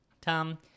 Tom